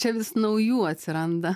čia vis naujų atsiranda